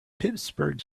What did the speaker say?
pittsburgh